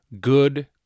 good